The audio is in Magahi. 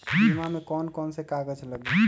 बीमा में कौन कौन से कागज लगी?